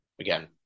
again